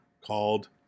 called